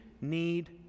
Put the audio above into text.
need